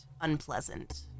unpleasant